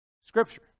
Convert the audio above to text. Scripture